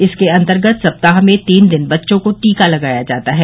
इसके अन्तर्गत सप्ताह में तीन दिन बच्चों को टीका लगाया जाता है